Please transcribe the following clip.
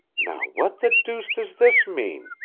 now what the deuce does this mean?